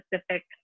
specific